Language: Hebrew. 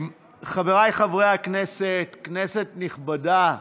חבריי חברי הכנסת, כנסת נכבדה,